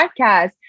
podcast